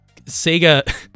Sega